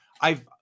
I've-